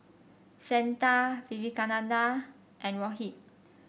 Santha Vivekananda and Rohit